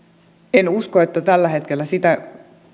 en usko että tällä hetkellä sitä